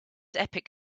epic